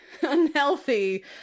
unhealthy